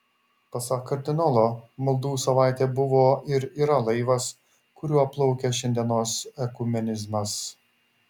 pasak kardinolo maldų savaitė buvo ir yra laivas kuriuo plaukia šiandienos ekumenizmas